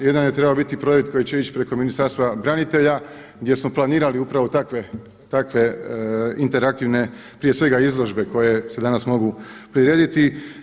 Jedan je trebao biti projekt koji će ići preko Ministarstva branitelja gdje smo planirali upravo takve interaktivne prije svega izložbe koje se danas mogu prirediti.